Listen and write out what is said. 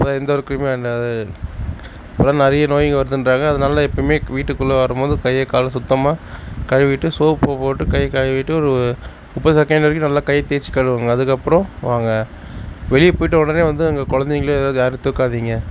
அப்போ எந்த ஒரு கிருமியும் அண்டாது இப்போலாம் நிறைய நோய்ங்க வருதுன்றாங்க அதனால நான் எப்போயுமே வீட்டுக்குள்ளே வரும்போது கை காலை சுத்தமாக கழுவிட்டு சோப்பை போட்டு கை கழுவிட்டு ஒரு முப்பது செகண்ட் வரைக்கும் கை நல்லா தேய்ச்சி கழுவுங்க அதுக்கப்றம் வாங்க வெளியே போயிட்டு உடனே வந்து குழந்தைங்கள யாரும் தூக்காதிங்க